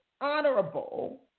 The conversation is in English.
honorable